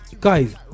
Guys